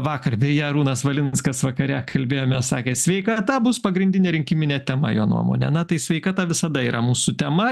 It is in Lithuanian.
vakar beja arūnas valinskas vakare kalbėjomės sakė sveikata bus pagrindinė rinkiminė tema jo nuomone na tai sveikata visada yra mūsų tema